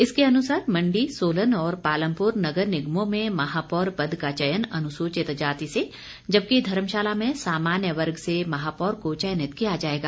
इसके अनुसार मंडी सोलन और पालमपुर नगर निगमों में महापौर पद का चयन अनुसूचित जाति से जबकि धर्मशाला में सामान्य वर्ग से महापौर को चयनित किया जाएगा